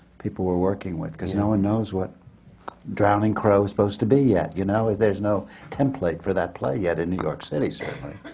people we're working with. cause no one knows what drowning crow is supposed to be yet, you know? there's no template for that play yet, in new york city, certainly.